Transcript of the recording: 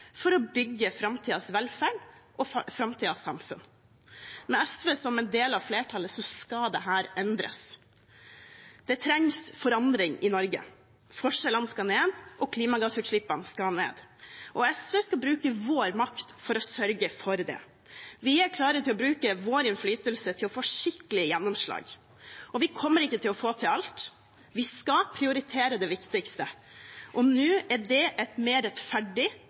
for å bygge framtidas velferd og framtidas samfunn. Med SV som en del av flertallet skal dette endres. Det trengs forandring i Norge. Forskjellene skal ned, og klimagassutslippene skal ned. Vi i SV skal bruke vår makt for å sørge for det. Vi er klare til å bruke vår innflytelse til å få skikkelig gjennomslag. Vi kommer ikke til å få til alt, vi skal prioritere det viktigste, og nå er det et mer rettferdig